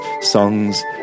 songs